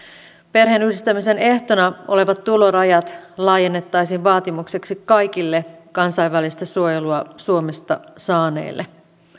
perheenyhdistämisen ehtona olevat tulorajat laajennettaisiin vaatimukseksi kaikille kansainvälistä suojelua suomesta saaneille